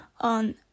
on